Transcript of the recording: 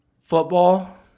football